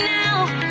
now